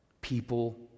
people